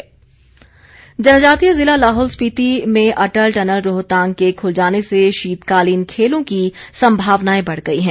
शीतकालीन खेल जनजातीय जिला लाहौल स्पिति में अटल टनल रोहतांग के खुल जाने से शीतकालीन खेलों की संभावनाएं बढ़ गई हैं